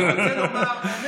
אני רוצה לומר,